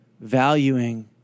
valuing